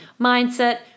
mindset